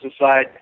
aside